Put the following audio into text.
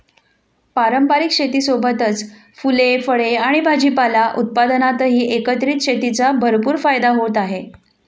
पारंपारिक शेतीसोबतच फुले, फळे आणि भाजीपाला उत्पादनातही एकत्रित शेतीचा भरपूर फायदा होत आहे